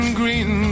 green